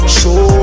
Show